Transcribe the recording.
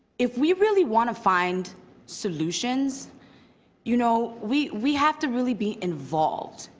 if we really want to find solutions you know, we we have to really be involved.